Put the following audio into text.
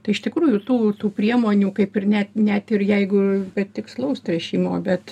tai iš tikrųjų tų tų priemonių kaip ir net net ir jeigu be tikslaus tręšimo bet